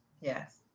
Yes